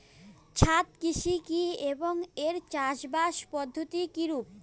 ছাদ কৃষি কী এবং এর চাষাবাদ পদ্ধতি কিরূপ?